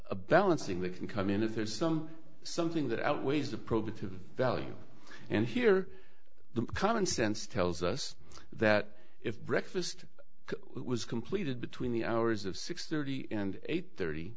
a balancing we can come in if there's something that outweighs the probative value and here the common sense tells us that if breakfast was completed between the hours of six thirty and eight thirty